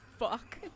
fuck